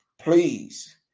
Please